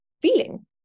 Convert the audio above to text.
feeling